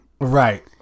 Right